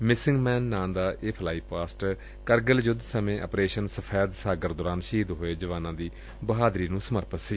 missing man ਨਾਂ ਦਾ ਇਹ ਫਲਾਈ ਪਾਸਟ ਕਰਗਿਲ ਯੁੱਧ ਸਮੇ ਅਪਰੇਸ਼ਨ ਸਫੈਦ ਸਾਗਰ ਦੌਰਾਨ ਸ਼ਹੀਦ ਹੋਏ ਜਵਾਨਾਂ ਦੀ ਬਹਾਦਰੀ ਨੁੰ ਸਮਰਪਿਤ ਸੀ